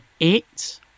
eight